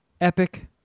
epic